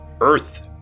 earth